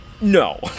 No